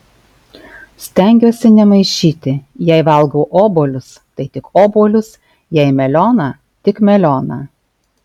stengiuosi nemaišyti jei valgau obuolius tai tik obuolius jei melioną tik melioną